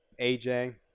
AJ